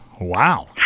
Wow